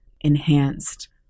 enhanced